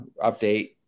update